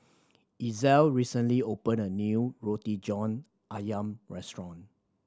Ezell recently opened a new Roti John Ayam restaurant